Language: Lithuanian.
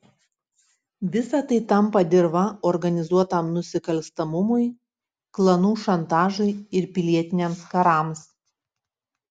visa tai tampa dirva organizuotam nusikalstamumui klanų šantažui ir pilietiniams karams